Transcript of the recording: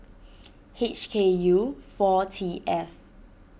H K U four T F